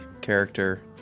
character